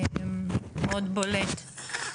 מאוד בולט.